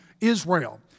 Israel